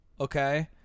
Okay